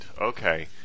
Okay